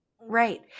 Right